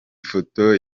ifoto